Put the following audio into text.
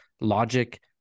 logic